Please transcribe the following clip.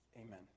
Amen